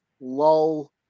lull